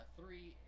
three